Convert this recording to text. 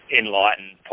enlightened